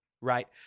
Right